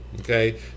Okay